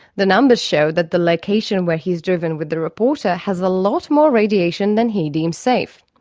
the numbers show that the location where he's driven with the reporter has a lot more radiation than he deems safe.